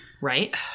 Right